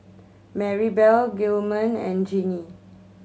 Maribel Gilman and Jeanie